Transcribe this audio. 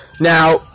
Now